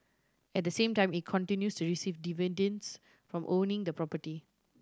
at the same time it continues to receive dividends from owning the property